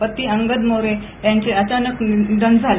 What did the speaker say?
पती अंगद मोरे यांचे अचानक निधन झाले